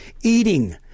eating